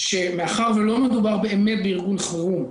מאחר ולא מדובר באמת בארגון חירום,